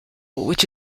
which